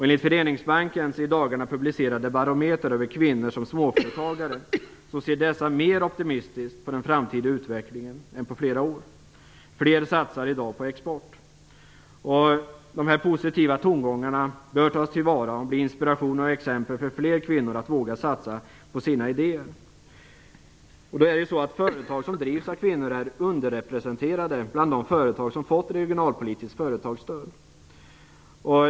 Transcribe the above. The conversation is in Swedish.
Enligt Föreningsbankens i dagarna publicerade barometer över kvinnor som småföretagare ser dessa mer optimistiskt på den framtida utvecklingen än på flera år. Fler satsar i dag på export. Dessa positiva tongångar bör tas till vara och bli inspiration och exempel för fler kvinnor att våga satsa på sina idéer. Företag som drivs av kvinnor är underrepresenterade bland de företag som har fått regionalpolitiskt företagsstöd.